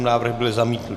Návrh byl zamítnut.